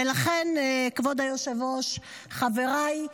ולכן, כבוד היושב-ראש, חבריי,